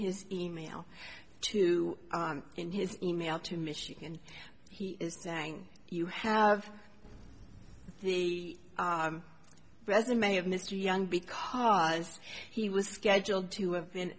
his e mail to in his e mail to michigan he is saying you have the resume of mr young because he was scheduled to have been